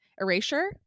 erasure